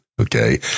Okay